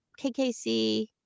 KKC